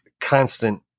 constant